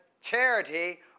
Charity